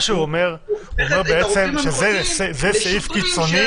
הוא הופך את הרופאים המחוזיים לשוטרים,